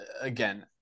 again